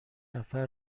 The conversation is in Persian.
نفر